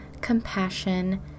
compassion